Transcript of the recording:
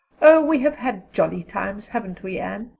oh, we have had jolly times, haven't we, anne?